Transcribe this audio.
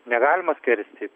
negalima skersti